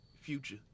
future